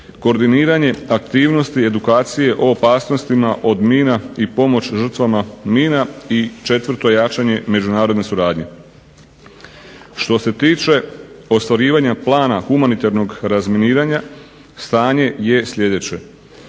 koordiniranje aktivnosti i edukacije o opasnostima od mina i pomoć žrtvama mina i 4. jačanje međunarodne suradnje. Što se tiče ostvarivanja plana humanitarnog razminiranja stanje je sljedeće: